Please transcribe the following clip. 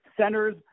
centers